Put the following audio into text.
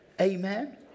Amen